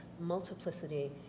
multiplicity